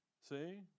See